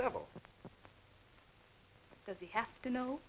devil does he have to know